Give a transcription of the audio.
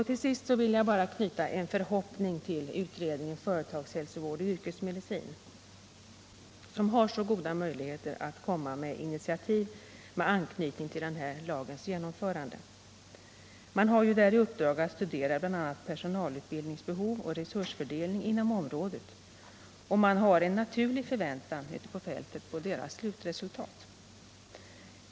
Till sist vill jag bara knyta en förhoppning till utredningen Företagshälsovård och yrkesmedicin, som har så goda möjligheter att komma med initiativ i anslutning till lagens genomförande. Man har ju i uppdrag att studera bl.a. personalutbildningsbehov och resursfördelning inom området; ute på fältet finns det en naturlig förväntan när det gäller slutresultatet.